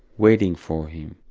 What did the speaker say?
waiting for him.